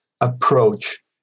approach